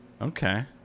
Okay